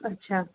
अच्छा